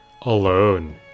alone